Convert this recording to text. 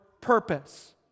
Purpose